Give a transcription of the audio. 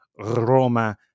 Roma